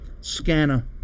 scanner